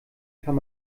kann